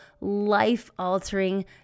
life-altering